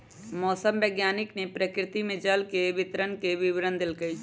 मौसम वैज्ञानिक ने प्रकृति में जल के वितरण के विवरण देल कई